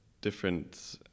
different